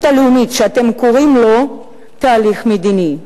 הלאומית שאתם קוראים לו "תהליך מדיני".